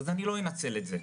אז אני לא אנצל את זה.